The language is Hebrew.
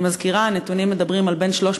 אני מזכירה: הנתונים מדברים על בין 300